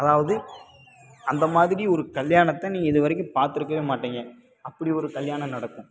அதாவது அந்த மாதிரி ஒரு கல்யாணத்தை நீங்கள் இது வரைக்கும் பார்த்துருக்கவே மாட்டீங்க அப்படி ஒரு கல்யாணம் நடக்கும்